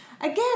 Again